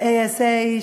ה-ASA,